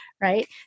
Right